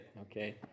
Okay